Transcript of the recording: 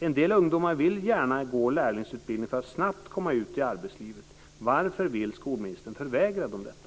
En del ungdomar vill gärna gå lärlingsutbildning för att snabbt komma ut i arbetslivet. Varför vill skolministern förvägra dem detta?